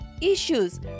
issues